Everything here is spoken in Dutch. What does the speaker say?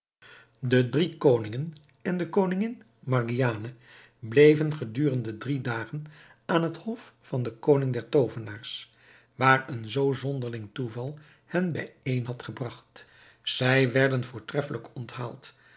de drie koningen en de koningin margiane bleven gedurende drie dagen aan het hof van den koning der toovenaars waar een zoo zonderling toeval hen bijeen had gebragt zij werden voortreffelijk onthaald